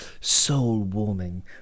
soul-warming